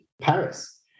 Paris